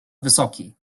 wysoki